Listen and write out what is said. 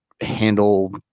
handle